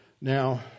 Now